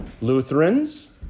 Lutherans